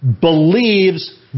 believes